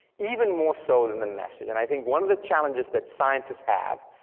even more so than the message, and i think one of the challenges that scientists have,